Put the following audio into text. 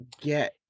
get